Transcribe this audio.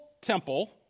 temple